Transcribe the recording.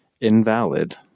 Invalid